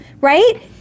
right